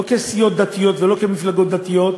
לא כסיעות דתיות ולא כמפלגות דתיות.